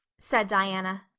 said diana.